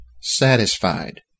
satisfied